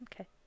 okay